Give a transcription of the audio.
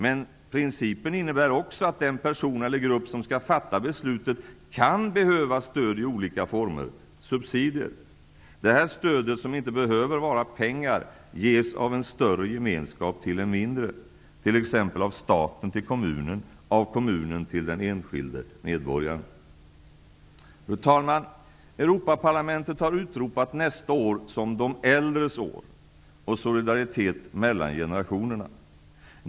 Men principen innebär också att den person eller grupp som skall fatta beslutet kan behöva stöd i olika former, subsidier. Det här stödet, som inte behöver vara pengar, ges av en större gemenskap till en mindre, t.ex. av staten till kommunen, av kommunen till den enskilde medborgaren. Fru talman! Europaparlamentet har utropat nästa år som de äldres år och som ett år för solidaritet mellan generationerna.